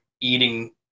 eating